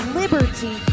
liberty